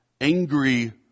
angry